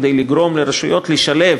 כדי לגרום לרשויות לשלב